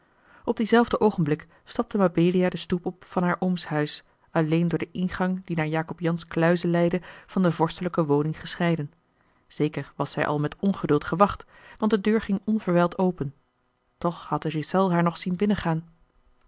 op dienzelfden oogenblik stapte mabelia den stoep op van haar ooms huis alleen door den ingang die naar jacob jansz kluize leidde van de vorstelijke woning gescheiden zeker was zij al met ongeduld gewacht want de deur ging onverwijld open toch had de ghiselles haar nog zien binnengaan